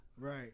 right